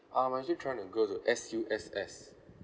I'm actually trying to go to S_U_S_S